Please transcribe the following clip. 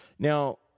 Now